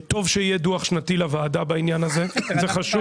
טוב שיהיה דו"ח שנתי לוועדה בעניין הזה זה חשוב.